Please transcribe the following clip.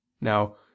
now